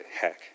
Hack